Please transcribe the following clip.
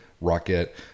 rocket